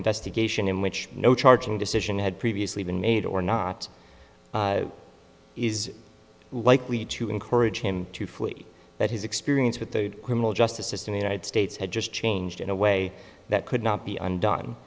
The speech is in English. investigation in which no charging decision had previously been made or not is likely to encourage him to flee that his experience with the criminal justice system the united states had just changed in a way that could not be undone